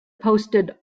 posted